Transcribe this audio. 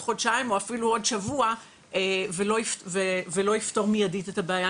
עוד חודשיים או אפילו עוד שבוע ולא לפתור מיידית את הבעיה.